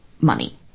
money